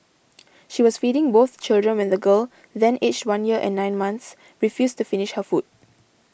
she was feeding both children when the girl then aged one year and nine months refused to finish her food